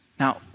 Now